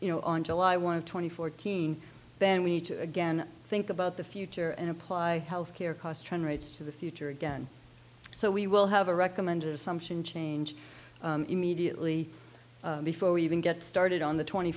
you know on july one of twenty fourteen then we need to again think about the future and apply health care cost rights to the future again so we will have a recommended assumption change immediately before we even get started on the twenty